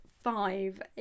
five